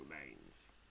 remains